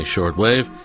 Shortwave